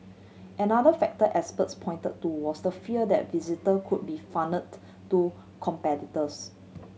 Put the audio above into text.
another factor experts pointed to was the fear that visitor could be funnelled to competitors